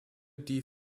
die